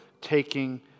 taking